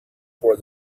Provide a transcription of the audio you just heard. for